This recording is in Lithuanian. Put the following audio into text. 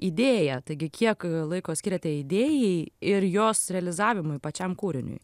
idėja taigi kiek laiko skiriate idėjai ir jos realizavimui pačiam kūriniui